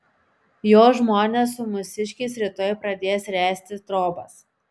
jo žmonės su mūsiškiais rytoj pradės ręsti trobas